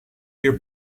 your